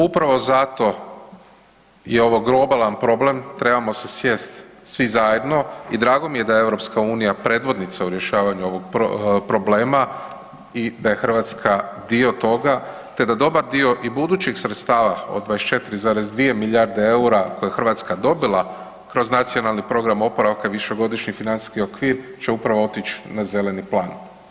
Upravo zato je ovo globalan problem, trebamo se sjest svi zajedno i drago mi je da je EU predvodnica u rješavanju ovog problema i da je Hrvatska dio toga te da dobar dio i budućih sredstava od 24,2 milijarde eura koje je Hrvatska dobila kroz Nacionalni program oporavka, višegodišnji financijski okvir će upravo otići na zeleni plan.